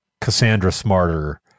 Cassandra-smarter